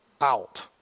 out